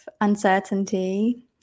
uncertainty